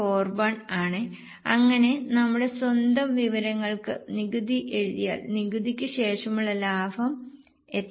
41 ആണേ അങ്ങനെ നമ്മുടെ സ്വന്തം വിവരങ്ങൾക്ക് നികുതി എഴുതിയാൽ നികുതിക്ക് ശേഷമുള്ള ലാഭം എത്രയാണ്